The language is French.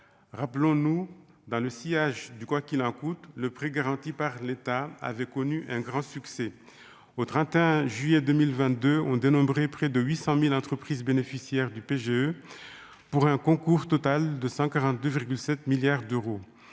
rappelons-nous, dans le sillage du quoi qu'il a un coût : le prix garanti par l'État, avait connu un grand succès au 31 juillet 2022, on dénombrait près de 800000 entreprises bénéficiaires du PGE pour un concours total de 142 virgule 7 milliards d'euros,